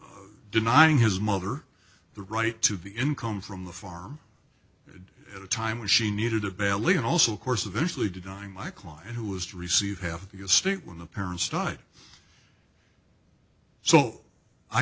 for denying his mother the right to the income from the farm would at a time when she needed a belly and also of course eventually denying my client who was to receive half your state when the parents died so i